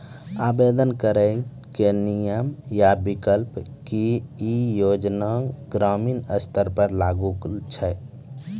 आवेदन करैक नियम आ विकल्प? की ई योजना ग्रामीण स्तर पर लागू छै?